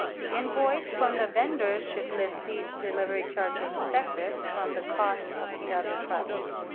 the invoice from the vendors should list these delivery charges separate from the costs of the other products.